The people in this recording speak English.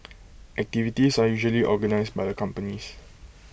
activities are usually organised by the companies